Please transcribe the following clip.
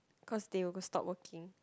cause they will go stop working